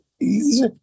easy